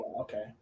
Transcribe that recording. Okay